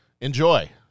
Enjoy